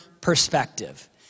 perspective